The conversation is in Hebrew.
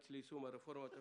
לשנת הלימודים תש"ף.